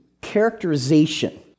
characterization